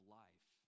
life